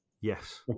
Yes